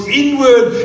inward